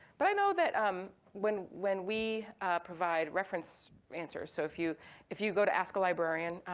but i know that um when when we provide reference answers, so if you if you go to ask a librarian,